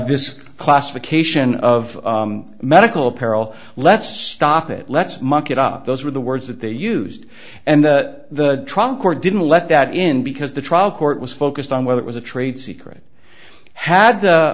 this classification of medical apparel let's stop it let's muck it up those were the words that they used and the trial court didn't let that in because the trial court was focused on whether it was a trade secret had the